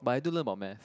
but I do learn about math